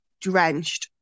drenched